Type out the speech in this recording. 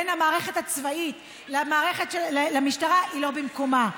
בין המערכת הצבאית למשטרה היא לא במקומה,